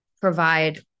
provide